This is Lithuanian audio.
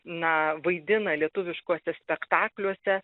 na vaidina lietuviškuose spektakliuose